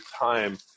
time